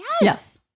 Yes